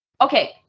Okay